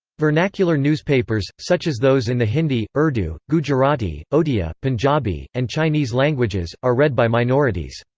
vernacular newspapers, such as those in the hindi, urdu, gujarati, odia, punjabi, and chinese languages, are read by minorities.